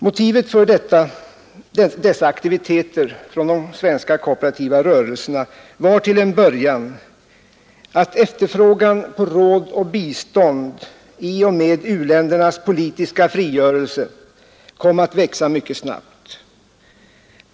Anledningen till dessa aktiviteter från de svenska kooperativa rörelserna var till en början att efterfrågan på råd och bistånd i och med u-ländernas politiska frigörelse kom att växa mycket snabbt.